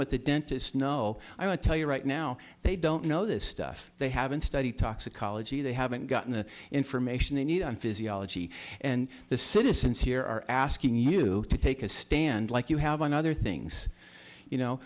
with the dentists no i tell you right now they don't know this stuff they haven't studied toxicology they haven't gotten the information they need on physiology and the citizens here are asking you to take a stand like you have on other things you know